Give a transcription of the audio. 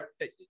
right